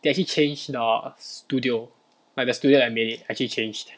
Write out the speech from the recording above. they actually changed the studio like the studio that made it actually changed